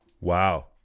Wow